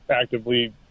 actively